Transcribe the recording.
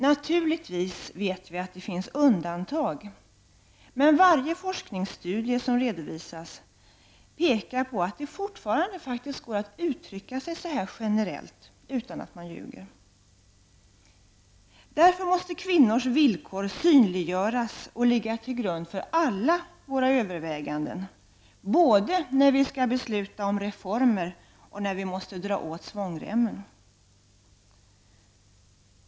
Naturligtvis vet vi att det finns undantag, men varje forskningsstudie som redovisas pekar på att det fortfarande går att uttrycka sig så här generellt utan att man ljuger. Därför måste kvinnors villkor synliggöras och ligga till grund för alla våra överväganden, både när vi skall besluta om reformer och när vi måste dra åt svångremmen.